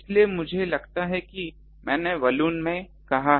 इसलिए मुझे लगता है कि मैंने बलून में कहा है